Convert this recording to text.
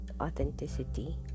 authenticity